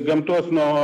gamtos nuo